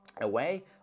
away